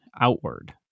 outward